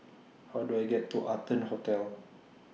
How Do I get to Arton Hotel